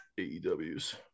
AEWs